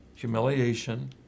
Humiliation